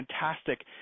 fantastic